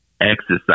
exercise